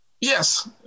Yes